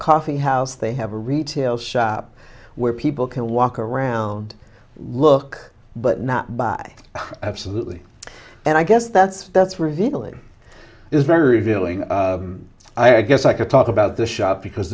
coffee house they have a retail shop where people can walk around look but not buy absolutely and i guess that's that's revealing is very revealing i guess i could talk about the shop because